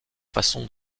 façon